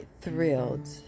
thrilled